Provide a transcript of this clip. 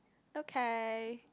okay